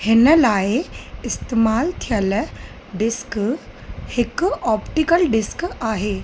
हिन लाइ इस्तेमालु थियल डिस्क हिकु ऑप्टिकल डिस्क आहे